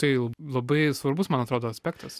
tai labai svarbus man atrodo aspektas